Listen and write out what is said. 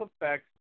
effects